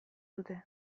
dute